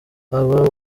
haba